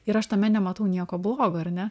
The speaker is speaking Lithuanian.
ir aš tame nematau nieko blogo ar ne